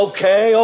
Okay